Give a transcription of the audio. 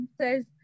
says